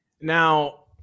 Now